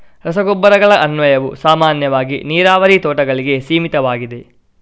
ರಸಗೊಬ್ಬರಗಳ ಅನ್ವಯವು ಸಾಮಾನ್ಯವಾಗಿ ನೀರಾವರಿ ತೋಟಗಳಿಗೆ ಸೀಮಿತವಾಗಿದೆ